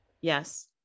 Yes